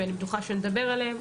ואני בטוחה שנדבר עליהם,